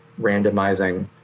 randomizing